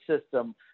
system